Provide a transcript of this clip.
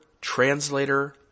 translator